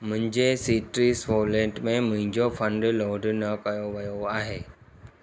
मुंहिंजे Citrus wallet में मुंहिंजो फ़ंड लोड न कयो वियो आहे